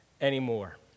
anymore